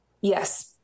Yes